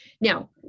Now